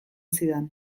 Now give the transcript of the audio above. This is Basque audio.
zidan